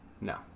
No